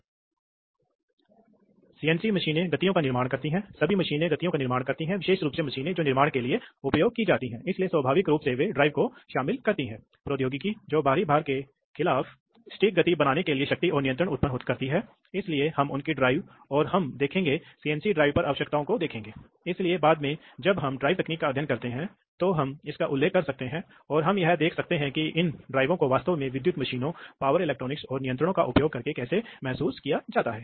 तो और निर्देशात्मक उद्देश्य सबसे पहले हैं आप जानते हैं कि कुछ विशिष्ट वाल्व निर्माणों को खींचने में सक्षम हैं AND OR प्रकार के न्युमेटिक लॉजिक्स का वर्णन करने में सक्षम कुछ विशेष प्रकार के वाल्वों के विभिन्न कार्यों की व्याख्या करने में सक्षम जो कि न्युमेटिक में एक त्वरित निकास की तरह उपयोग किए जाते हैं